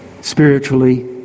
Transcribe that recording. Spiritually